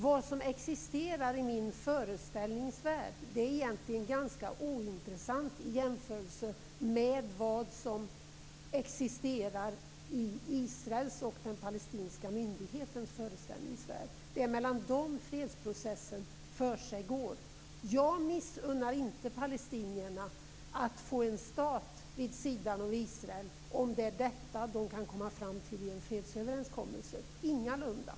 Vad som existerar i min föreställningsvärld är egentligen ganska ointressant i jämförelse med vad som existerar i Israels och den palestinska myndighetens föreställningsvärldar. Det är mellan dem fredsprocessen försiggår. Jag missunnar inte palestinierna att få en stat vid sidan av Israel om det är detta de kan komma fram till i en fredsöverenskommelse - ingalunda!